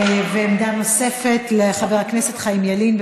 עמדה נוספת לחבר הכנסת חיים ילין.